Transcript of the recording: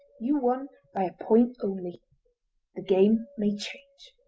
you won by a point only the game may change